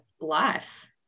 life